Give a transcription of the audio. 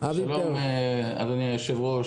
אדוני היושב ראש,